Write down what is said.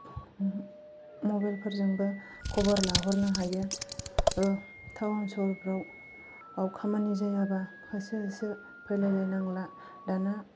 mobile फोरजोंबो खबर लाहरनो हायो टाउन सोहोरफ्राव आव खामानि जायाबा होसो होसो फैलायलायनांला दाना